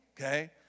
okay